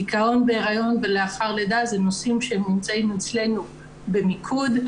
דיכאון בהריון לאחר לידה אלה נושאים שנמצאים אצלנו במיקוד.